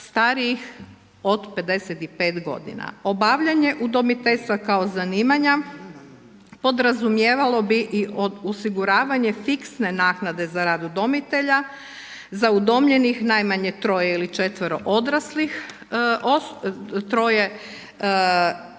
starijih od 55 godina. Obavljanje udomiteljstva kao zanimanja podrazumijevalo bi i osiguravanje fiksne naknade za rad udomitelja, za udomljenih najmanje troje ili četvero odraslih, troje djece